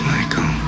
Michael